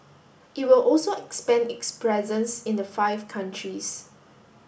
it will also expand its presence in the five countries